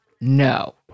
No